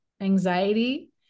anxiety